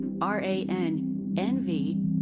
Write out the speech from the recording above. R-A-N-N-V